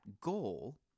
goal